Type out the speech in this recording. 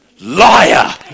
Liar